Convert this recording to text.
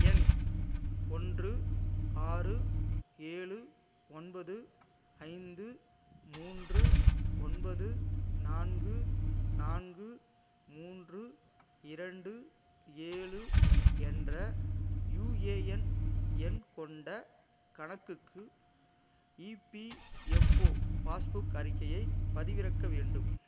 எண் ஒன்று ஆறு ஏழு ஒன்பது ஐந்து மூன்று ஒன்பது நான்கு நான்கு மூன்று இரண்டு ஏழு என்ற யுஏஎன் எண் கொண்ட கணக்குக்கு இபிஎஃப்ஓ பாஸ்புக் அறிக்கையை பதிவிறக்க வேண்டும்